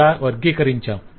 ఇలా వర్గీకరించాం